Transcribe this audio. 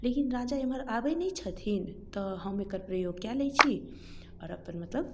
लेकिन राजा एमहर आबै नहि छथिन तऽ हम एकर प्रयोग कए लै छी आओर अपन मतलब